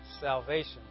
salvation